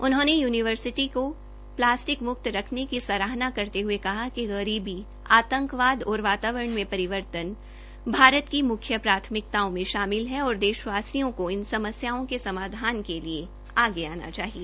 उन्होंने युनिवरसिटी को प्लास्टिक मुक्त रखने की सराहनरा करते हुए कहा कि गरीबी आतंकवाद और वातावरण में परिवर्तन भारत की मुख्य प्राथमिकताओं में शामिल है और देशवासियों को इन समस्याओं के समाधान के लिए आगे आना चाहिए